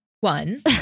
one